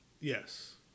Yes